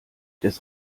des